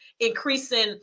Increasing